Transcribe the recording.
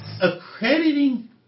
accrediting